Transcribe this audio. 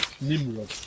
Nimrod